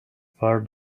for